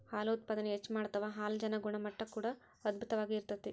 ಹಾಲು ಉತ್ಪಾದನೆ ಹೆಚ್ಚ ಮಾಡತಾವ ಹಾಲಜನ ಗುಣಮಟ್ಟಾ ಕೂಡಾ ಅಧ್ಬುತವಾಗಿ ಇರತತಿ